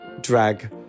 drag